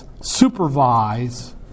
supervise